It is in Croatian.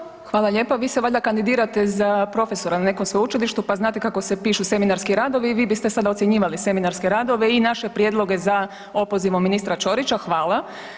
Hvala lijepa, hvala lijepa vi se valjda kandidirate za profesora na nekom sveučilištu pa znate kako se pišu seminarski radovi i vi biste sada ocjenjivali seminarske radove i naše prijedloge za opozivom ministra Ćorića, hvala.